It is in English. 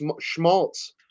Schmaltz